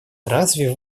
разве